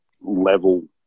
level